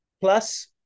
plus